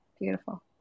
beautiful